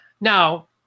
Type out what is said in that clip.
Now